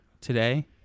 today